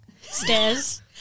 Stairs